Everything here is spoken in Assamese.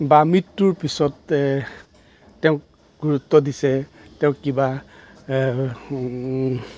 বা মৃত্যুৰ পিছত তেওঁক গুৰুত্ব দিছে তেওঁক কিবা